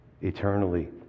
eternally